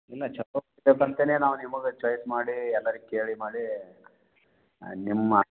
ಇಲ್ಲ ಛಲೋ ನಾವು ನಿಮ್ಗೆ ಚಾಯ್ಸ್ ಮಾಡಿ ಎಲ್ಲರಿಗೆ ಕೇಳಿ ಮಾಡಿ ನಿಮ್ಮ